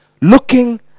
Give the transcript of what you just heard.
Looking